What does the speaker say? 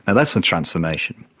and that's a transformation.